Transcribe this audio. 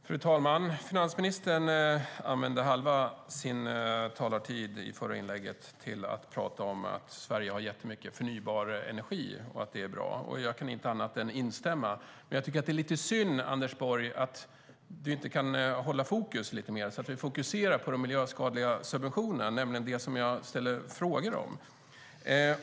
Fru talman! Finansministern använde halva sin talartid i sitt förra inlägg till att prata om att Sverige har jättemycket förnybar energi, och att det är bra. Jag kan inte annat än instämma. Men jag tycker att det är lite synd, Anders Borg, att du inte kan hålla dig lite mer till att fokusera på de miljöskadliga subventionerna, nämligen dem som jag har ställt frågor om.